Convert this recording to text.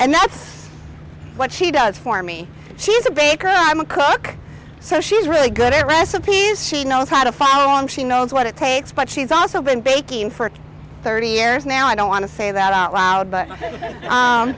and that's what she does for me she's a baker i'm a cook so she's really good at recipes she knows how to follow and she knows what it takes but she's also been baking for thirty years now i don't want to say that out loud but